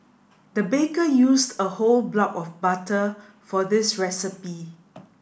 the baker used a whole block of butter for this recipe